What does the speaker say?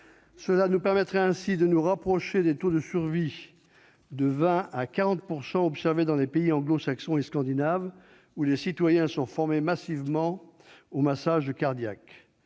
Cela nous permettrait de nous rapprocher des taux de survie de 20 % à 40 % observés dans les pays anglo-saxons et scandinaves, où les citoyens sont massivement formés au massage cardiaque.